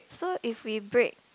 so if we break